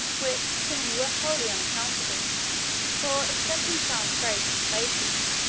which to me were wholly unaccountable for, except in some very few places,